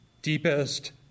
Deepest